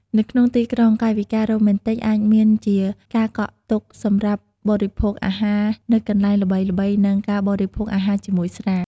នៅក្នុងទីក្រុង កាយវិការរ៉ូមែនទិកអាចមានជា ការកក់ទុកសម្រាប់បរិភោគអាហារនៅកន្លែងល្បីៗ និងការបរិភោពអាហារជាមួយស្រា។